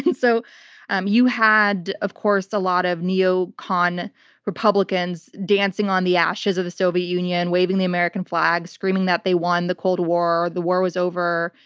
and so um you had, of course, a lot of neocon republicans dancing on the ashes of the soviet union, waving the american flag, screaming that they won the cold war, the war was over.